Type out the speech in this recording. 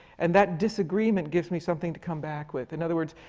and that disagreement gives me something to come back with. in other words,